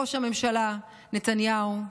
ראש הממשלה נתניהו,